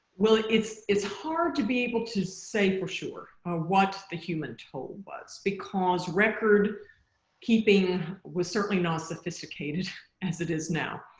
it's it's hard to be able to say for sure what the human toll was because record keeping was certainly not sophisticated as it is now.